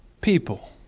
people